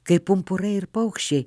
kaip pumpurai ir paukščiai